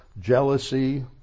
jealousy